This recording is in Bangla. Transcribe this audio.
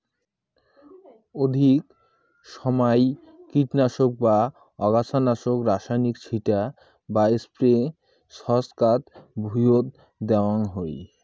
অধিক সমাই কীটনাশক বা আগাছানাশক রাসায়নিক ছিটা বা স্প্রে ছচকাত ভুঁইয়ত দ্যাওয়াং হই